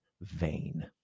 vain